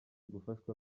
gufashwa